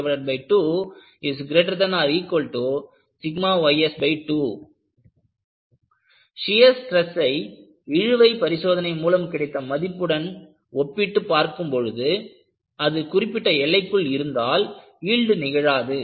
max min 2ys2 shear ஸ்ட்ரெஸ்ஸை இழுவை பரிசோதனை மூலம் கிடைத்த மதிப்புடன் ஒப்பிட்டு பார்க்கும்பொழுது அது குறிப்பிட்ட எல்லைக்குள் இருந்தால் யீல்டு நிகழாது